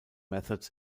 methods